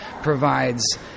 provides